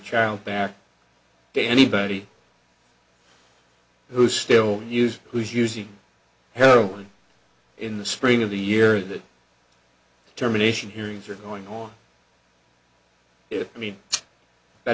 child back to anybody who's still used who's using heroin in the spring of the year that terminations hearings are going on if i mean i